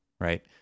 right